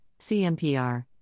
CMPR